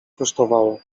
kosztowało